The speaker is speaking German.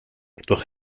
doch